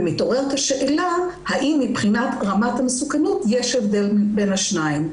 מתעוררת השאלה האם מבחינת רמת המסוכנות יש הבדל בין השניים.